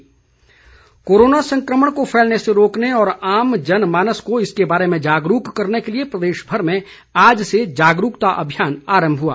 DC Kangra corona संक्रमण को फैलने से रोकने और आम जनमानस को इसके बारे में जागरूक करने के लिए प्रदेश भर में आज से जागरूकता अभियान आरम्भ हुआ